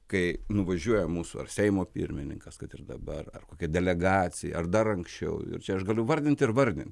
kai nuvažiuoja mūsų ar seimo pirmininkas kad ir dabar ar kokia delegacija ar dar anksčiau ir čia aš galiu vardint ir vardint